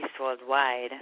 worldwide